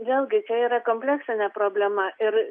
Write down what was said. vėlgi čia yra kompleksinė problema ir